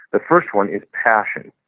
the first one is passion.